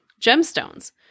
Gemstones